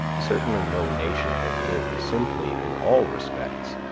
certainly no nation that lived simply in all respects,